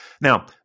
Now